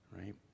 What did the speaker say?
right